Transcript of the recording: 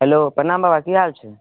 hello प्रणाम बाबा की हाल छै